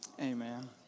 amen